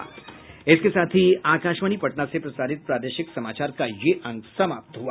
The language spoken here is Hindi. इसके साथ ही आकाशवाणी पटना से प्रसारित प्रादेशिक समाचार का ये अंक समाप्त हुआ